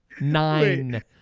Nine